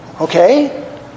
Okay